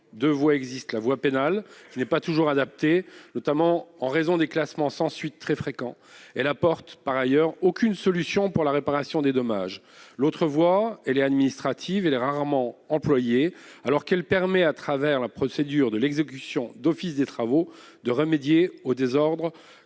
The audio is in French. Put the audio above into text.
en la matière. La voie pénale n'est pas toujours adaptée, notamment en raison des classements sans suite, très fréquents. Elle n'apporte de surcroît aucune solution pour la réparation des dommages. La voie administrative est rarement employée alors qu'elle permet, à travers la procédure de l'exécution d'office des travaux, de remédier aux désordres